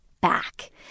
Back